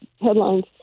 headlines